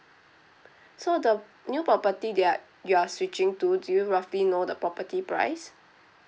so the new property that you are switching to do you roughly know the property price